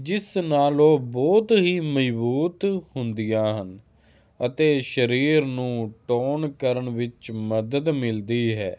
ਜਿਸ ਨਾਲੋਂ ਬਹੁਤ ਹੀ ਮਜਬੂਤ ਹੁੰਦੀਆਂ ਹਨ ਅਤੇ ਸਰੀਰ ਨੂੰ ਟੋਨ ਕਰਨ ਵਿੱਚ ਮਦਦ ਮਿਲਦੀ ਹੈ